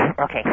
Okay